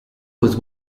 was